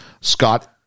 Scott